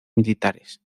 militares